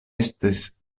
estis